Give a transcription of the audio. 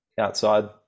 outside